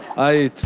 i